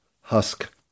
husk